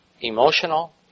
emotional